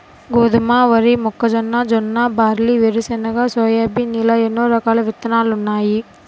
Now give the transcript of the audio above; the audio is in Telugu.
గోధుమ, వరి, మొక్కజొన్న, జొన్న, బార్లీ, వేరుశెనగ, సోయాబీన్ ఇలా ఎన్నో రకాల విత్తనాలున్నాయి